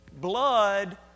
blood